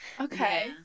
Okay